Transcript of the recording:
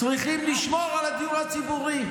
צריכים לשמור על הדיור הציבורי.